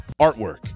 Artwork